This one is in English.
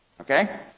Okay